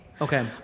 Okay